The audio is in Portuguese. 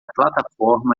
plataforma